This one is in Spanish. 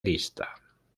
arista